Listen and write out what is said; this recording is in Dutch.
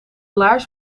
laars